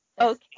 Okay